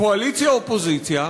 קואליציה אופוזיציה,